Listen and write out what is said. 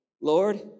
Lord